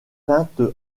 peinte